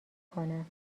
کنم